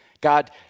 God